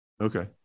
Okay